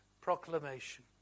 proclamation